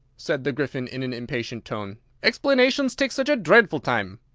said the gryphon in an impatient tone explanations take such a dreadful time.